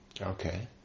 Okay